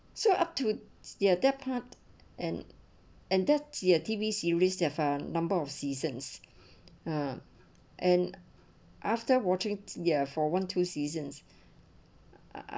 so up to steer their part and and that's your T_V series there are a number of seasons ya and after watching year four one two seasons ah ah